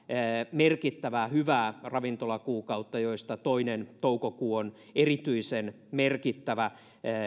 merkittävää hyvää ravintolakuukautta joista toinen toukokuu on erityisen merkittävä